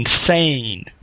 insane